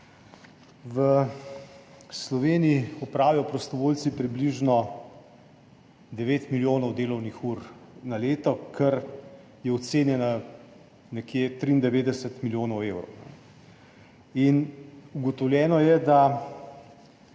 V Sloveniji opravijo prostovoljci približno 9 milijonov delovnih ur na leto, kar je ocenjeno na nekje 93 milijonov evrov. Ugotovljeno je, da